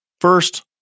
First